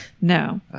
No